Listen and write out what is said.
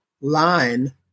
line